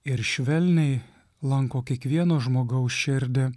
ir švelniai lanko kiekvieno žmogaus širdį